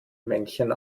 männchen